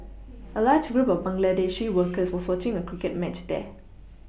a large group of Bangladeshi workers was watching a cricket match there